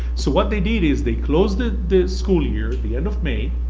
so what they did is they closed the the school year, the end of may.